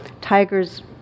Tigers